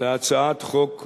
להצעת חוק זו.